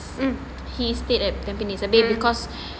he stayed at tampines abeh because